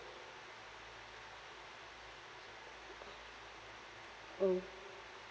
orh